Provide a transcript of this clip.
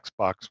xbox